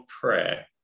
Prayer